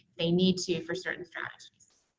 they need to for certain strategies.